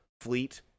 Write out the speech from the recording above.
fleet